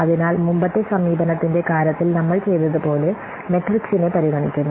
അതിനാൽ മുമ്പത്തെ സമീപനത്തിന്റെ കാര്യത്തിൽ നമ്മൾ ചെയ്തതുപോലെ മെട്രിക്സ്നെ പരിഗണിക്കുന്നു